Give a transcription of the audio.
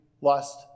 lust